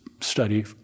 study